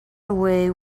away